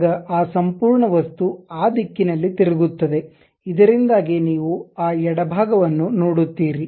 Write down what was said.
ಆಗ ಆ ಸಂಪೂರ್ಣ ವಸ್ತು ಆ ದಿಕ್ಕಿನಲ್ಲಿ ತಿರುಗುತ್ತದೆ ಇದರಿಂದಾಗಿ ನೀವು ಆ ಎಡಭಾಗವನ್ನು ನೋಡುತ್ತೀರಿ